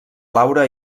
laura